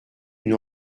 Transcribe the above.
une